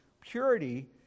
purity